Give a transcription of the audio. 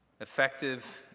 effective